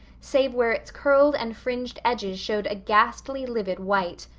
save where its curled and fringed edges showed a ghastly, livid white.